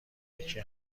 یکی